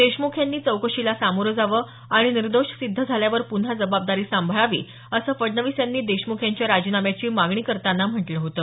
देशम्ख यांनी चौकशीला सामोरं जावं आणि निर्दोष सिद्ध झाल्यावर पुन्हा जबाबदारी सांभाळावी असं फडणवीस यांनी देशमुख यांच्या राजीनाम्याची मागणी करताना म्हटलं होतं